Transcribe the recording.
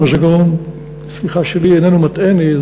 אם הזיכרון שלי איננו מטעני,